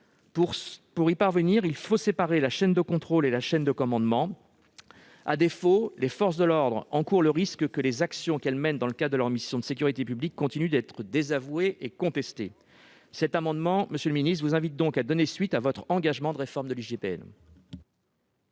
Pour y parvenir, il faut séparer la chaîne de contrôle et la chaîne de commandement. À défaut, les forces de l'ordre encourent le risque que les actions qu'elles mènent dans le cadre de leur mission de sécurité publique continuent d'être désavouées et contestées. Cet amendement tend donc à vous inviter, monsieur le ministre, à donner suite à votre engagement de réforme de l'IGPN.